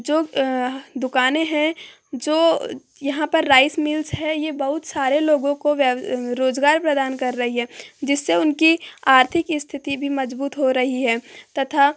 जो दुकानें हैं जो यहाँ पर राइस मील्स है ये बहुत सारे लोगो को रोजगार प्रदान कर रही है जिससे उनकी आर्थिक स्तिथि भी मजबूत हो रही है तथा